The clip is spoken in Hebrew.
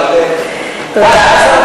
אבל, תודה.